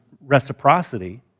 reciprocity